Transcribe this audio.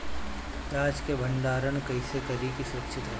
प्याज के भंडारण कइसे करी की सुरक्षित रही?